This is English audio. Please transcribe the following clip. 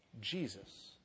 Jesus